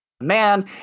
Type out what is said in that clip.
man